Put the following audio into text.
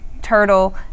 turtle